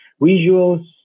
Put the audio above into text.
visuals